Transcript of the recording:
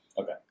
Okay